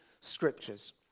Scriptures